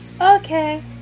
Okay